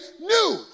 new